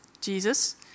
Jesus